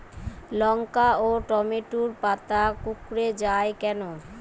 লঙ্কা ও টমেটোর পাতা কুঁকড়ে য়ায় কেন?